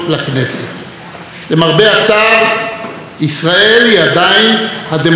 ישראל היא עדיין הדמוקרטיה האמיתית היחידה במזרח התיכון.